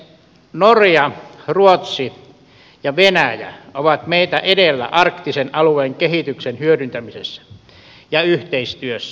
norja ruotsi ja venäjä ovat meitä edellä arktisen alueen kehityksen hyödyntämisessä ja yhteistyössä